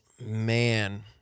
Man